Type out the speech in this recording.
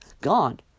gone